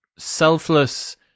Selfless